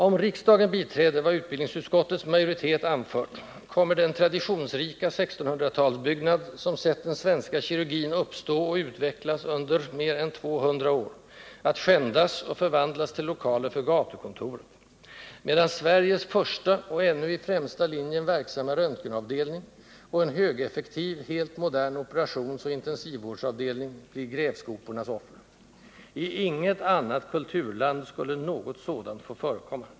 Om riksdagen biträder vad utbildningsutskottets majoritet anfört kommer den traditionsrika 1600-talsbyggnad, som sett den svenska kirurgin uppstå och utvecklas under mer än tvåhundra år, att skändas och förvandlas till lokaler för gatukontoret, medan Sveriges första och ännu i främsta linjen verksamma röntgenavdelning och en högeffektiv, helt modern operationsoch intensivvårdavdelning blir grävskopornas offer. I inget annat kulturland skulle något sådant få förekomma.